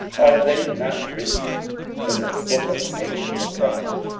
are they not written in the book of nathan the prophet,